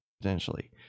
Potentially